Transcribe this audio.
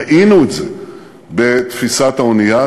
ראינו את זה בתפיסת האונייה,